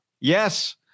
Yes